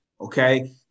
okay